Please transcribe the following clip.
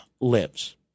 lives